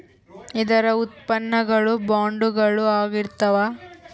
ಇದರ ಉತ್ಪನ್ನ ಗಳು ಬಾಂಡುಗಳು ಆಗಿರ್ತಾವ